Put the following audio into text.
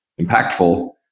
impactful